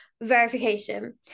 verification